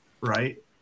right